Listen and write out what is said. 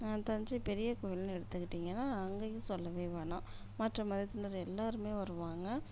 தஞ்சை பெரியக்கோயில்ன்னு எடுத்துக்கிட்டிங்கன்னா அங்கேயும் சொல்லவே வேணாம் மற்ற மதத்தினர் எல்லாருமே வருவாங்க